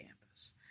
campus